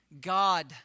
God